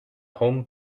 home